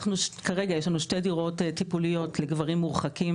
כרגע יש לנו שתי דירות טיפוליות לגברים מורחקים